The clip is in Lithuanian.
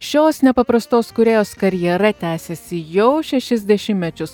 šios nepaprastos kūrėjos karjera tęsiasi jau šešis dešimtmečius